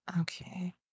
Okay